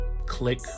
click